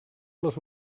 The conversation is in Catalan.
les